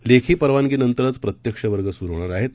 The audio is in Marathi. लेखीपरवानगीनंतरचप्रत्यक्षवर्गसुरूहोणारआहेत